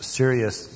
serious